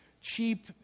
cheap